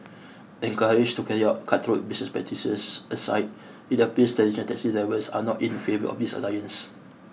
encouraged to carry out cutthroat business practices aside it appears traditional taxi drivers are not in favour of this alliance